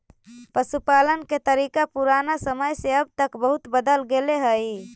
पशुपालन के तरीका पुराना समय से अब तक बहुत बदल गेले हइ